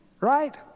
right